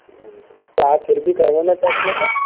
क्या आप फिर भी करवाना चाहते हैं सर